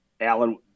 Alan